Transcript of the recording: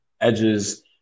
Edge's